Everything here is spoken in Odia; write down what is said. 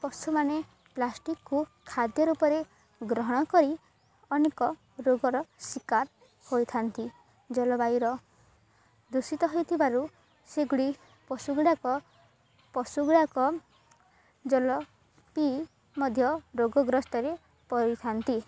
ପଶୁମାନେ ପ୍ଲାଷ୍ଟିକକୁ ଖାଦ୍ୟ ରୂପରେ ଗ୍ରହଣ କରି ଅନେକ ରୋଗର ଶିକାର ହୋଇଥାନ୍ତି ଜଳବାୟୁୁର ଦୂଷିତ ହୋଇଥିବାରୁ ସେଗୁଡ଼ି ପଶୁ ଗୁଡ଼ାକ ପଶୁ ଗୁଡ଼ାକ ଜଳ ପିଇ ମଧ୍ୟ ରୋଗାଗ୍ରସ୍ତରେ ପଡ଼ିଥାନ୍ତି